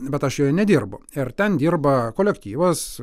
bet aš joje nedirbu ir ten dirba kolektyvas